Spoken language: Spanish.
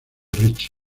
ricci